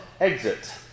exit